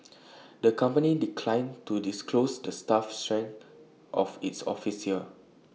the company declined to disclose the staff strength of its office here